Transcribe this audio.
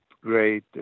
great